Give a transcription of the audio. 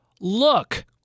look